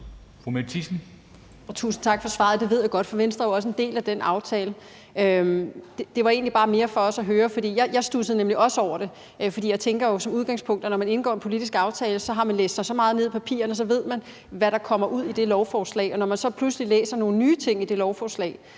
Mette Thiesen (NB): Tusind tak for svaret. Det ved jeg godt, for Venstre er jo også en del af den aftale. Det var egentlig bare mere for også at høre det, for jeg studsede nemlig også over det, og fordi jeg tænker som udgangspunkt, at når man indgår en politisk aftale, har man læst sig så meget ned i papirerne, at man ved, hvad der kommer med i det lovforslag. Og når man så pludselig læser nogle nye ting i det lovforslag,